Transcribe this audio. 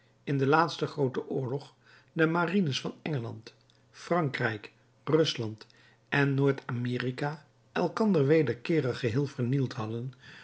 in den laatsten grooten oorlog de marines van engeland frankrijk rusland en noord-amerika elkander wederkeerig geheel vernield hadden